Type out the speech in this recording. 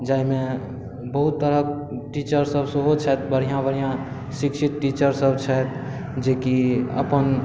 जाहिमे बहुत तरहक टीचर सभ सेहो छथि बढ़िऑं बढ़िऑं शिक्षित टीचर सभ छथि जेकि अपन